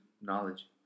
knowledge